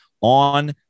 on